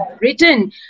written